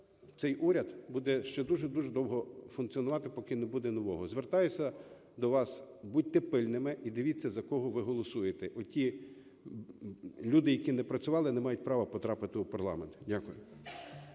цей уряд буде ще дуже-дуже довго функціонувати, поки не буде нового. Звертаюся до вас, будьте пильними і дивіться, за кого ви голосуєте. Оті люди, які не працювали, не мають права потрапити у парламент. Дякую.